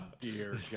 dear